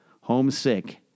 Homesick